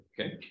okay